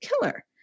killer